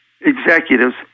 executives